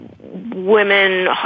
women